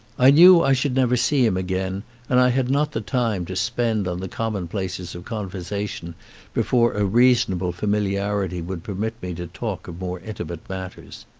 i knew i should never see him again and i had not the time to spend on the commonplaces of con versation before a reasonable familiarity would permit me to talk of more intimate matters.